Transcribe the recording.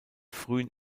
frühen